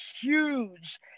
huge